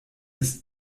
ist